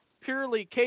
purely